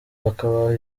bakabaha